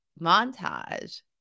montage